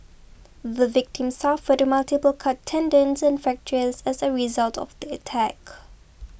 the victim suffered multiple cut tendons and fractures as a result of the attack